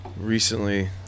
recently